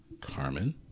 Carmen